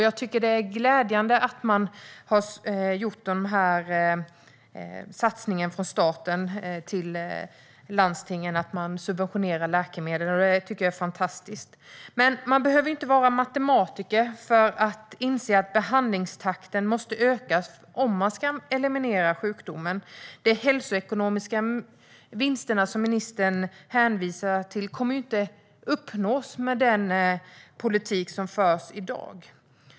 Jag tycker att det är glädjande att man har gjort denna satsning från staten till landstingen där man subventionerar läkemedel. Det är fantastiskt! Man behöver dock inte vara matematiker för att inse att behandlingstakten måste ökas om sjukdomen ska kunna elimineras. De hälsoekonomiska vinster som ministern hänvisar till kommer inte att uppnås med den politik som förs i dag.